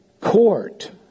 court